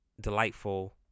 delightful